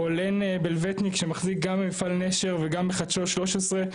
או לן בלבטניק שמחזיק גם במפעל נשר וגם בחדשות 13,